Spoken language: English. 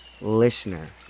Listener